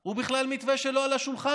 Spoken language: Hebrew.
זה בכלל מתווה שהוא לא על השולחן,